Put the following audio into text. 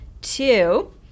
Two